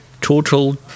total